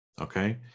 Okay